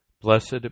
Blessed